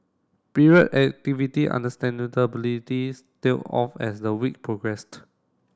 period activity tailed off as the week progressed